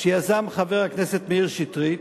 שיזם חבר הכנסת מאיר שטרית: